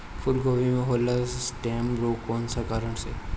फूलगोभी में होला स्टेम रोग कौना कारण से?